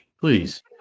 please